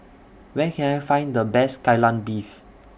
Where Can I Find The Best Kai Lan Beef